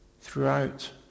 throughout